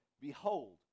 behold